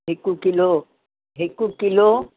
हिकु किलो हिकु किलो